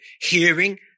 hearing